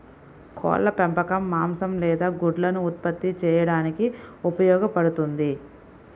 కోళ్ల పెంపకం మాంసం లేదా గుడ్లను ఉత్పత్తి చేయడానికి ఉపయోగపడుతుంది